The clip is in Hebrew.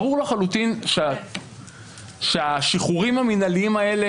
ברור לחלוטין שהשחרורים המינהליים האלה